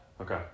Okay